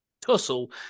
tussle